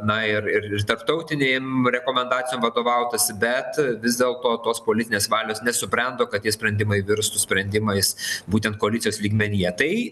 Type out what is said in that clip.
na ir ir ir tarptautinėm rekomendacijom vadovautųsi bet vis dėlto tos politinės valios nesubrendo kad tie sprendimai virstų sprendimais būtent koalicijos lygmenyje tai